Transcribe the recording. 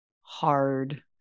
hard